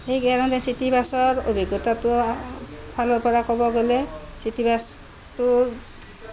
সেইকাৰণে চিটিবাছৰ অভিজ্ঞতাটো ফালৰ পৰা ক'ব গ'লে চিটিবাছটো